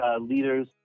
leaders